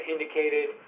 indicated